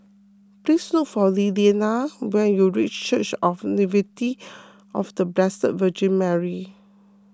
please look for Lilliana when you reach Church of the Nativity of the Blessed Virgin Mary